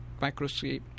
microscope